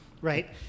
right